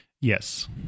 Yes